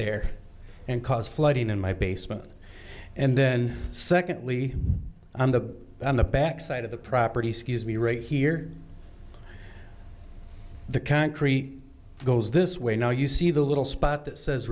there and cause flooding in my basement and then secondly on the on the back side of the property scuse me right here the concrete goes this way now you see the little spot that says